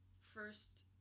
first